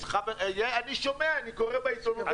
אני שומע, אני קורא בעיתונות.